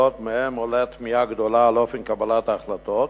שמהן עולה תמיהה גדולה על אופן קבלת ההחלטות,